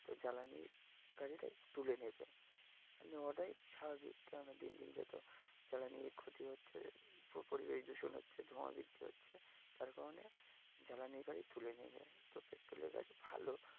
তো জ্বালানির গাড়িটা তুলে নেবে নেওয়াটাই স্বাভাবিক কেন না দিন দিন যত জ্বালানির ক্ষতি হচ্ছে পরিবেশ দূষণ হচ্ছে ধোঁয়া বৃদ্ধি হচ্ছে তার কারণে জ্বালানির গাড়ি তুলে নেবে তো পেট্রোলের গাড়ি ভালো